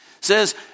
says